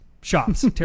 shops